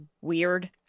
weird